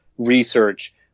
research